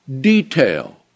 detail